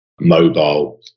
Mobile